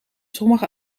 sommige